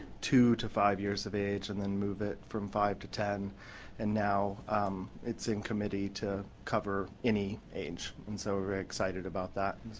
two to five years of age and and move it from five to ten and now it's in committee to cover any age and so we're excited about that,